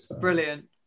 Brilliant